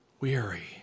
weary